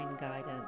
guidance